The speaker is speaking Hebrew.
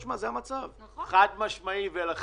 זה P.P.P